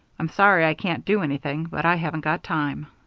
i'm sorry i can't do anything, but i haven't got time.